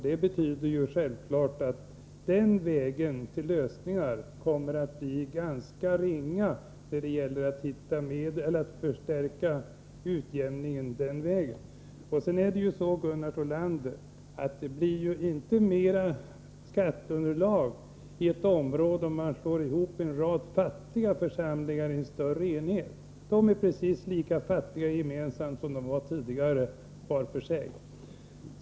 Det betyder självfallet att lösningarna till utjämning den vägen kommer att bli ganska ringa. Man får ju inte bättre skatteunderlag om man slår ihop en rad fattiga församlingar till en större enhet, för den är precis lika fattig som församlingarna var var för sig.